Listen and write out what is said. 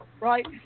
right